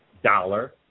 Dollar